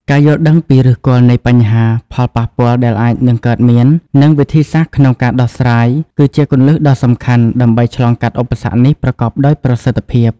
ការយល់ដឹងពីឫសគល់នៃបញ្ហា ផលប៉ះពាល់ដែលអាចនឹងកើតមាន និងវិធីសាស្រ្តក្នុងការដោះស្រាយ គឺជាគន្លឹះដ៏សំខាន់ដើម្បីឆ្លងកាត់ឧបសគ្គនេះប្រកបដោយប្រសិទ្ធភាព។